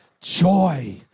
Joy